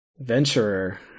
Venturer